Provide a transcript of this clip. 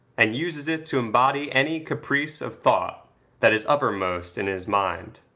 and uses it to embody any caprice of thought that is upper-most in his mind.